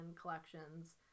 collections